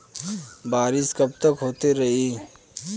बरिस कबतक होते रही?